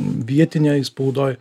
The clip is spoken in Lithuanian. vietinėj spaudoj